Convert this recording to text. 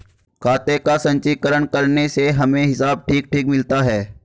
खाते का संचीकरण करने से हमें हिसाब ठीक ठीक मिलता है